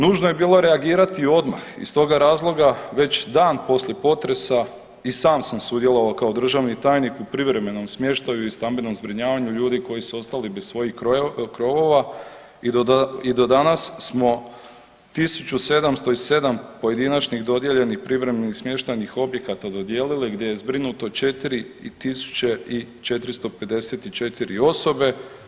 Nužno je bilo reagirati odmah iz toga razloga već dan poslije potresa i sam sam sudjelovao kao državni tajnik u privremenom smještaju i stambenom zbrinjavanju ljudi koji su ostali bez svojih krovova i do danas smo 1707 pojedinačnih dodijeljenih privremenih smještajnih objekata dodijelili gdje je zbrinuto 4454 osobe.